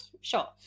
Sure